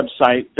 website